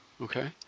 Okay